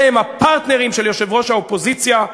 אלה הם הפרטנרים של יושב-ראש האופוזיציה.